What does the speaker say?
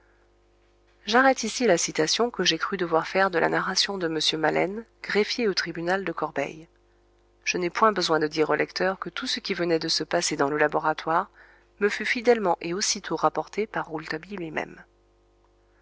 j'arrête ici la citation que j'ai cru devoir faire de la narration de m maleine greffier au tribunal de corbeil je n'ai point besoin de dire au lecteur que tout ce qui venait de se passer dans le laboratoire me fut fidèlement et aussitôt rapporté par rouletabille lui-même